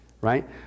right